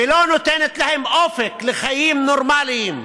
ולא נותנת להם אופק לחיים נורמליים.